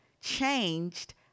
changed